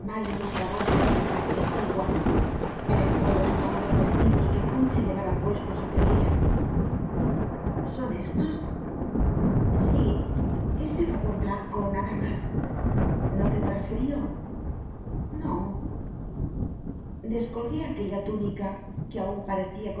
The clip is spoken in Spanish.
una fragancia de licada y antigua en el fondo estaban los vestidos que concha llevara puestos aquel son estos sí ese ropón blanco nada más no tendrás frío no descolgué aquella túnica que aún parecía